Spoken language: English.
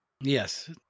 Yes